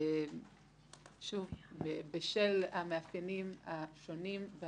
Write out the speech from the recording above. בשל המאפיינים השונים,